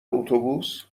اتوبوس